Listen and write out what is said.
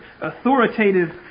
authoritative